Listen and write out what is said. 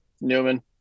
Newman